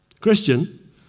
Christian